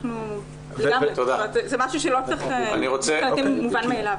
זה מובן מאליו.